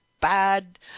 bad